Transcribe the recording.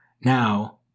now